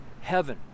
heaven